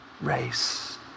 race